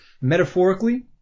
Metaphorically